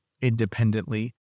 independently